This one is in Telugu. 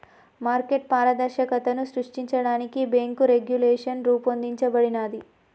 మార్కెట్ పారదర్శకతను సృష్టించడానికి బ్యేంకు రెగ్యులేషన్ రూపొందించబడినాది